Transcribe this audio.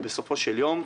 בסופו של יום,